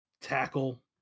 Tackle